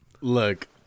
Look